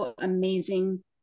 amazing